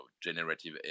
generative